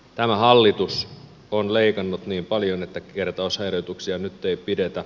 tämä hallitus on leikannut niin paljon että kertausharjoituksia nyt ei pidetä